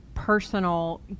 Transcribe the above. personal